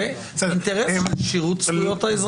אינטרס של שירות זכויות האזרח.